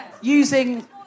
using